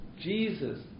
Jesus